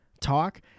talk